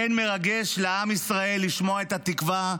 אין מרגש לעם ישראל מלשמוע את התקווה,